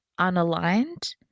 unaligned